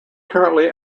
currently